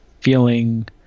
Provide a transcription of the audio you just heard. feeling –